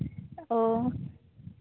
ᱚᱸᱻ